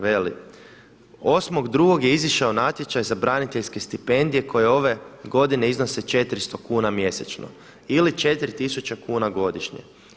Veli: „8.2. je izišao natječaj za braniteljske stipendije koje ove godine iznose 400 kuna mjesečno ili 4000 kuna godišnje.